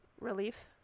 Relief